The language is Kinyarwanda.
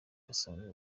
basanzwe